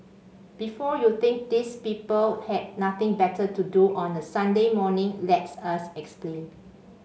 before you think these people had nothing better to do on a Sunday morning let us explain